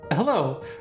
Hello